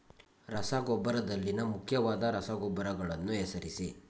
ರಸಗೊಬ್ಬರದಲ್ಲಿನ ಮುಖ್ಯವಾದ ರಸಗೊಬ್ಬರಗಳನ್ನು ಹೆಸರಿಸಿ?